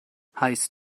heißt